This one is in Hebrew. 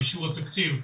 ואישור התקציב.